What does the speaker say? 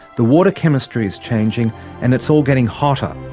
the water chemistry is changing and it's all getting hotter.